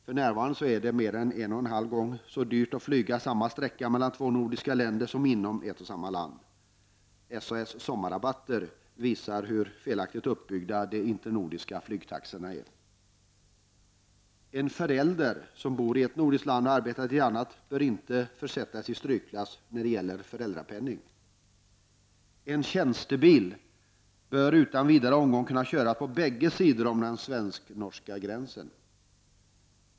För närvarande är det mer än en och en halv gång så dyrt att flyga samma sträcka mellan två nordiska länder som det är att flyga inom ett och samma land. SAS sommarrabatter visar hur felaktigt uppbyggda de internordiska flygtaxorna är. Andra exempel på problem är följande: En förälder som bor i ett nordiskt land och arbetar i ett annat bör inte försättas i strykplats när det gäller föräldrapenning. En tjänstebil bör utan vidare omgång kunna få köras på ömse sidor om den svensk-norska gränsen.